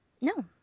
No